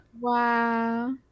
Wow